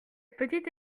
petite